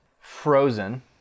frozen